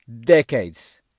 Decades